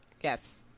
Yes